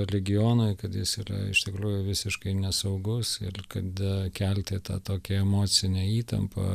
regionui kad jis yra iš tikrųjų visiškai nesaugus ir kad kelti tą tokią emocinę įtampą